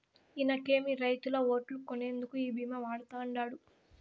ఇనకేమి, రైతుల ఓట్లు కొనేందుకు ఈ భీమా వాడతండాడు